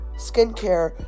Skincare